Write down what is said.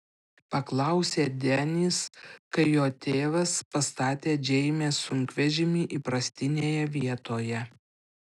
paklausė denis kai jo tėvas pastatė džeinės sunkvežimį įprastinėje vietoje